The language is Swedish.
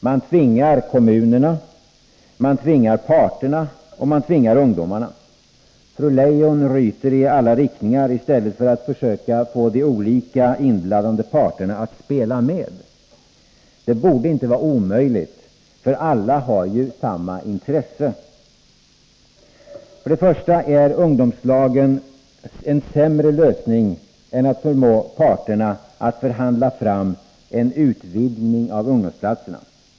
Man tvingar kommunerna, man tvingar parterna och man tvingar ungdomarna. Fru Leijon ryter i alla riktningar i stället för att försöka få de olika inblandade parterna att spela med. Detta borde inte vara omöjligt, för alla har ju samma intressen. För det första är ungdomslagen en sämre lösning än att förmå parterna att förhandla fram en utvidgning av ungdomsplatserna.